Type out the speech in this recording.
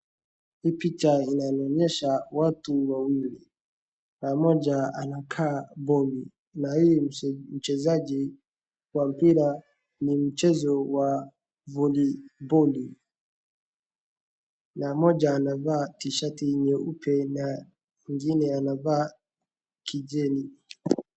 Watu wawili, mmoja anakaa goli na huyu mchezaji wa mpira, ni mchezo wa voliboli, na mmoja anavaa tishati nyeupe na mwingine anavaa kijani.